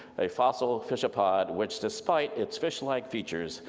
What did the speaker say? a fossil fishapod, which despite its fishlike features,